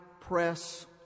press